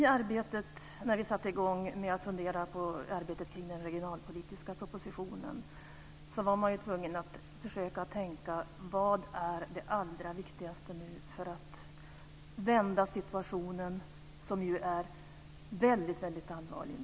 Herr talman! När vi satte i gång med att fundera på arbetet kring den regionalpolitiska propositionen var vi tvungna att försöka tänka ut: Vad är det allra viktigaste nu för att vända situationen, som ju är väldigt allvarlig?